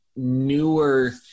newer